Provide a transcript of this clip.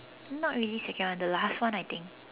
not really second one the last one I think